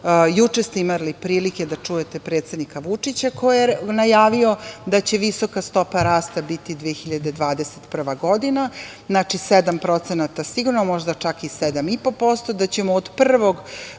juče imali prilike da čujete predsednika Vučića, koji je najavio da će visoka stopa rasta biti 2021. godina, znači 7% sigurno, možda čak i 7,5% da ćemo od 1.